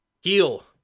heal